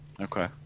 Okay